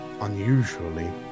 unusually